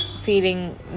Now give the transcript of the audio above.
feeling